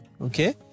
okay